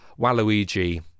Waluigi